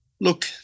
Look